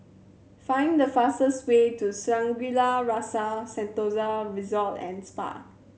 find the fastest way to Shangri La's Rasa Sentosa Resort and Spa